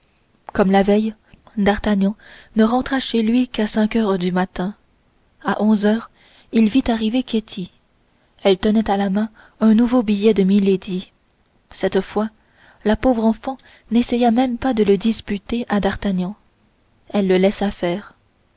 comme la veille d'artagnan ne rentra chez lui qu'à cinq heures du matin à onze heures il vit arriver ketty elle tenait à la main un nouveau billet de milady cette fois la pauvre enfant n'essaya pas même de le disputer à d'artagnan elle le laissa faire